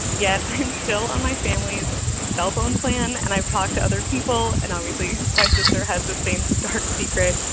yet, i'm still on my family's cellphone plan. and i've talked to other people. and, obviously, my sister has the same dark secret.